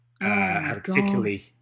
particularly